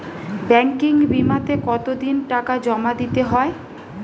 Banking বিমাতে কত দিন টাকা জমা দিতে হয়?